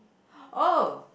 oh